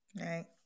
right